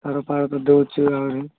ଆର ପାଳକ ଦଉଛୁ ଆହୁରି